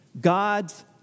God's